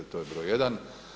To je broj jedan.